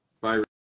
bye